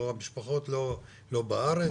או המשפחות לא בארץ,